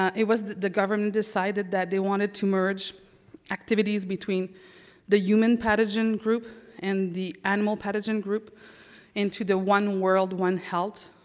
it was the government decided that they wanted to merge activities between the human pathogen group and the animal pathogen group into the one world one health